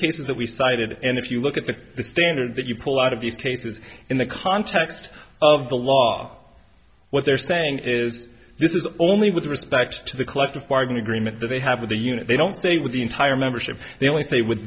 cases that we cited and if you look at the standard that you pull out of these cases in the context of the law what they're saying is this is only with respect to the collective bargain agreement that they have with a unit they don't stay with the entire membership they only stay w